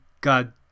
God